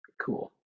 Cool